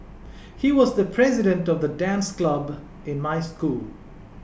he was the president of the dance club in my school